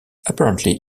apparently